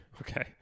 Okay